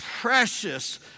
precious